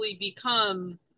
become